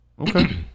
Okay